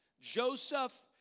Joseph